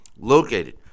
located